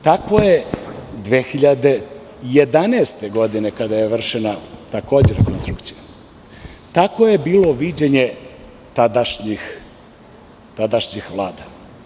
Tako je 2011. godine kada je vršena takođe rekonstrukcija, tako je bilo viđenje tadašnjih vlada.